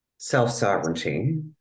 self-sovereignty